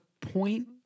point